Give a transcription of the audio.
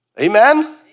Amen